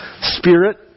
Spirit